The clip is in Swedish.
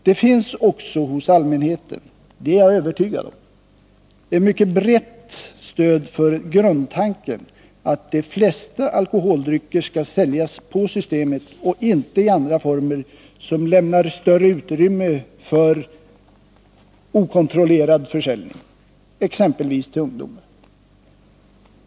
Det finns också hos allmänheten — det är jag övertygad om — ett mycket brett stöd för grundtanken att de flesta alkoholdrycker skall säljas på systemet och inte i andra former, som lämnar större utrymme för okontrollerad försäljning, exempelvis till ungdomar.